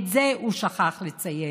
את זה הוא שכח לציין,